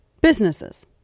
businesses